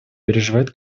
переживает